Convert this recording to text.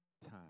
time